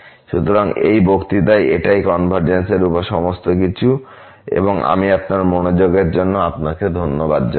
সুতরাং এই বক্তৃতায় এটাই কনভারজেন্স এর উপর সমস্তকিছু এবং আমি আপনার মনোযোগের জন্য আপনাকে ধন্যবাদ জানাই